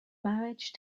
marriage